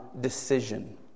decision